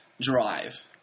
Drive